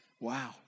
Wow